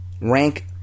rank